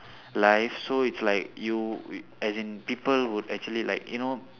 life so it's like you as in people would actually like you know